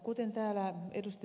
kuten täällä ed